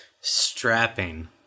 Strapping